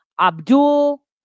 Abdul